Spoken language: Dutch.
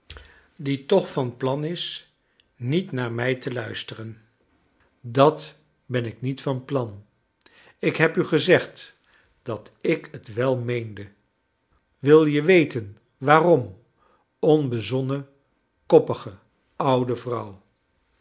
die toch van plan is niet naar mij te luisteren dat ben ik niet van plan ik heb u gezegd dat ik het wel meende wil je weten waarom onbezonnen koppige oude vrouw